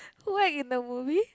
who act in the movie